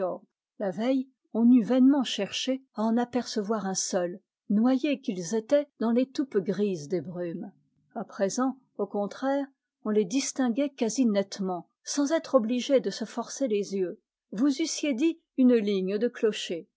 la veille on eût vainement cherché à en apercevoir un seul noyés qu'ils étaient dans l'étoupe grise des brumes à présent au contraire on les distinguait quasi nettement sans être obligé de se forcer les yeux vous eussiez dit une ligne de clochers